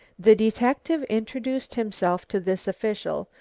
the detective introduced himself to this official,